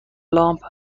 لامپ